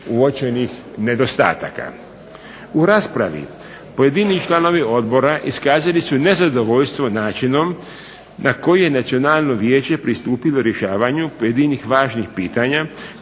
uočenih nedostataka. U raspravi pojedini članovi odbora iskazali su nezadovoljstvo načinom na koji je Nacionalno vijeće pristupilo rješavanju pojedinih važnih pitanja